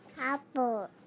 Apple